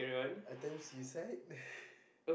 attempt suicide